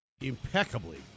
impeccably